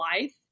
life